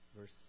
verse